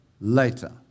later